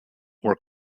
were